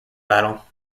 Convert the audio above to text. battle